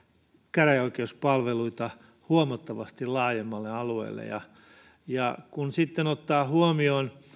käräjäoikeuspalveluita huomattavasti laajemmalle alueelle kun sitten ottaa huomioon